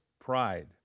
pride